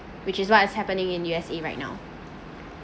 which is what is happening in U_S_A right now